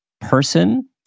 person